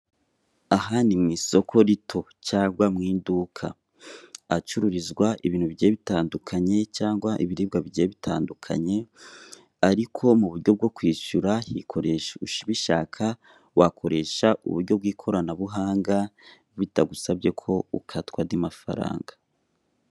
Aha ni mu isoko rito cyangwa mu iduka, ahacururizwa ibintu bigiye bitandukanye, cyangwa ibiribwa bigiye bitandukanye, ariko mu buryo bwo kwishyura rikoresha, ubishaka wakoresha uburyo bw'ikoranabuhanga, bitagusabye ko ukatwa andi mafaranga.